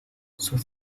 sus